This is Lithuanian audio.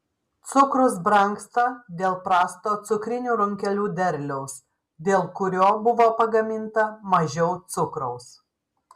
cukrus brangsta dėl prasto cukrinių runkelių derliaus dėl kurio buvo pagaminta mažiau cukraus